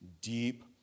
deep